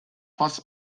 fass